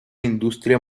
industria